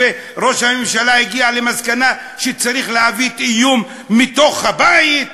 ראש הממשלה הגיע למסקנה שצריך להביא איום מתוך הבית.